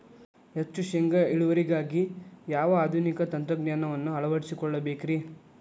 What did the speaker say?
ಹೆಚ್ಚು ಶೇಂಗಾ ಇಳುವರಿಗಾಗಿ ಯಾವ ಆಧುನಿಕ ತಂತ್ರಜ್ಞಾನವನ್ನ ಅಳವಡಿಸಿಕೊಳ್ಳಬೇಕರೇ?